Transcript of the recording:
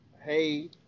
Hey